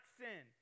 sin